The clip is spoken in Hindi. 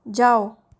जाओ